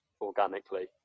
organically